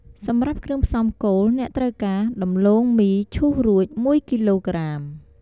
សម្រាប់គ្រឿងផ្សំគោល អ្នកត្រូវការ ដំឡូងមីឈូសរួច ១ គីឡូក្រាម។